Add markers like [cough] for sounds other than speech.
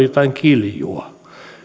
[unintelligible] jotain kiljua